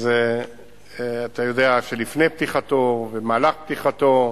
אז אתה יודע שלפני פתיחתו, במהלך פתיחתו,